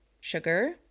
sugar